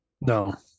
no